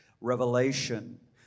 revelation